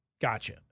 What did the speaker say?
Gotcha